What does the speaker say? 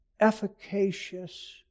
efficacious